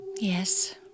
Yes